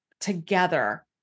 together